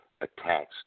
attached